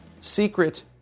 secret